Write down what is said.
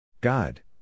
God